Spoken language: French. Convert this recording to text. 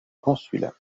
consulat